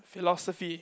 philosophy